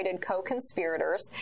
co-conspirators